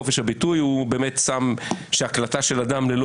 חופש הביטוי הוא כתב שהקלטה של אדם ללא